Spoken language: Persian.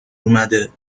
اومده